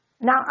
Now